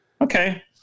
Okay